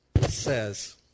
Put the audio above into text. says